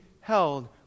held